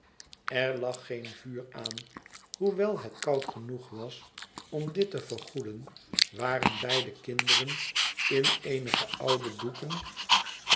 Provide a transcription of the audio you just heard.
er lag geen vuur aan hoewel het koud genoeg was om dit te vergoeden waren beide kinderen in eenige oude doeken